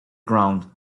ground